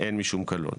אין משום קלון.